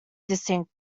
distinct